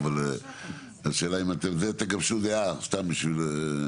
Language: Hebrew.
אבל רק שתוכל להציג את הטיעון שלך בעניין הזה.